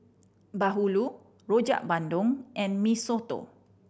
bahulu Rojak Bandung and Mee Soto